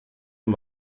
dem